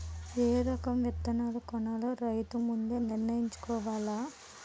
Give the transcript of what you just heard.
ఏ రకం విత్తనాలు కొనాలో రైతు ముందే నిర్ణయించుకోవాల